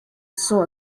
saw